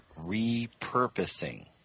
repurposing